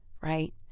right